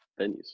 venues